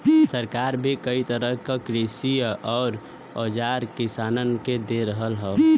सरकार भी कई तरह क कृषि के औजार किसानन के दे रहल हौ